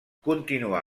continuar